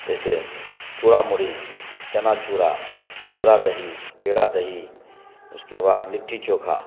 جیسے چوڑا موڑی چنا چورا چورا دہی پیڑا دہی اس کے بعد لٹی چوکھا